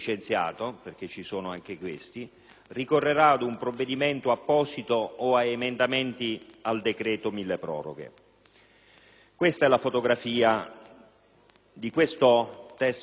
ricorrerà ad un provvedimento apposito o ad emendamenti al decreto mille proroghe. Questa è la fotografia del testo di legge oggi in Aula.